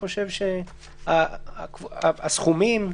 מבחינת הסכומים?